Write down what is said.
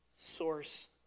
source